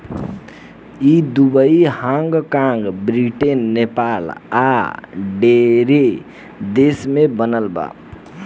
ई Dubai, Hong कॉग, Britain, Nepal आ ढेरे देश में बनल बा